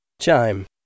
Chime